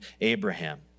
Abraham